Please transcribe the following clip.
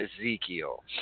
Ezekiel